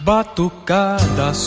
Batucada